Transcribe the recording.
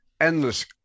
endless